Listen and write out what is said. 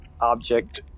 object